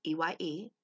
EYE